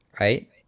right